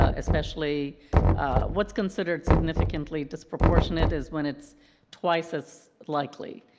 ah especially what's considered significantly disproportionate is when it's twice as likely,